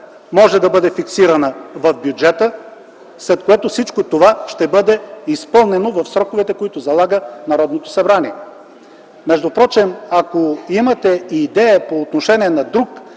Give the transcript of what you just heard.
може да бъде фиксирана в бюджета, след което всичко ще бъде изпълнено в сроковете, заложени от Народното събрание. Впрочем, ако имате идея по отношение на друг,